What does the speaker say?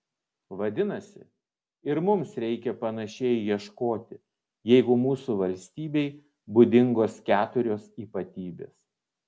vadinasi ir mums reikia panašiai ieškoti jeigu mūsų valstybei būdingos keturios ypatybės